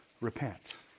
repent